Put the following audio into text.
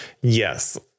Yes